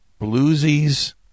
bluesies